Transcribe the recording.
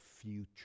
future